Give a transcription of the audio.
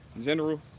general